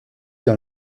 dans